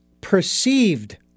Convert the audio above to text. perceived